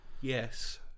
Yes